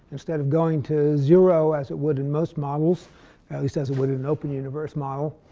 instead of going to zero as it wood in most models at least, as it would in open-universe model.